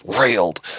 railed